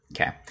Okay